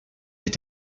est